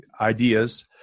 ideas